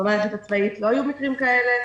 במערכת הצבאית לא היו מקרים כאלה,